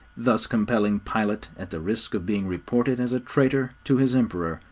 thus compelling pilate, at the risk of being reported as a traitor to his emperor,